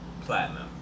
platinum